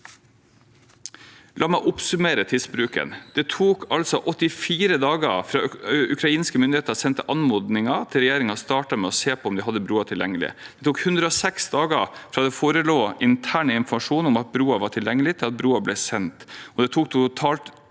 La meg oppsummere tidsbruken: Det tok 84 dager fra ukrainske myndigheter sendte anmodningen, til regjeringen startet med å se på om vi hadde broer tilgjengelig. Det tok 106 dager fra det forelå intern informasjon om at broer var tilgjengelig, til broer ble sendt.